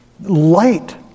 light